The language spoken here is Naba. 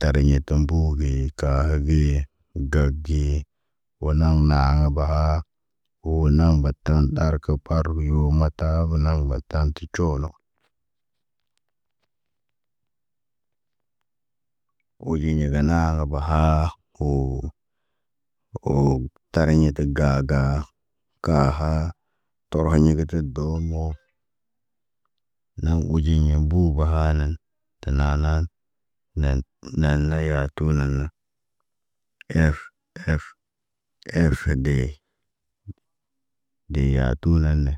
Tariɲa mbuu ge kaa ge, gag ge, wo naŋg nahaa baha, wo naŋg batan ɗar kaw par guyoomat taa gə naŋg batan kə coolo. Wo ɟiɲe dana baha, ho wo taraɲa ta ga ga, kaha taoroɲa kə tə doomo. Naŋg uɟiɲa mbu bahanan tənaanan nen, nen na yaatu nen na ef, ef, ef de, de yaatu naane.